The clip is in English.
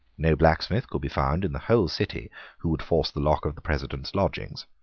no blacksmith could be found in the whole city who would force the lock of the president's lodgings.